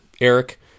Eric